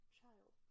child